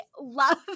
love